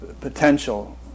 potential